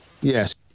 Yes